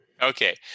Okay